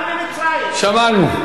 שמענו.